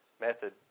method